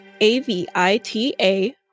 A-V-I-T-A